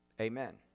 Amen